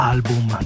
Album